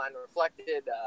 reflected